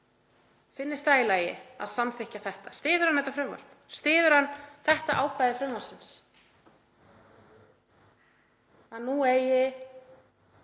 finnst í lagi að samþykkja þetta. Styður hann þetta frumvarp? Styður hann það ákvæði frumvarpsins sem